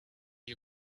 you